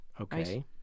Okay